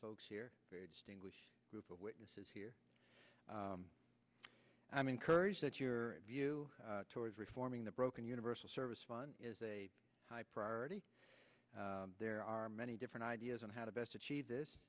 folks here very distinguished group of witnesses here i'm encouraged that your view towards reforming the broken universal service fund is a high priority there are many different ideas on how to best achieve this